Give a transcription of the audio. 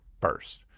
first